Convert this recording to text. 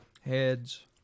Heads